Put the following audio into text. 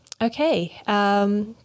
Okay